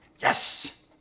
Yes